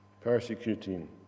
Persecuting